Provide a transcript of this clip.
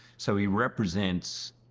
so he represents,